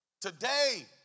today